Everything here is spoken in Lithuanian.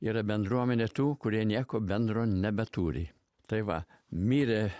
yra bendruomenė tų kurie nieko bendro nebeturi tai va mirė